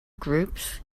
groups